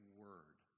word